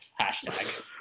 hashtag